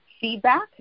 feedback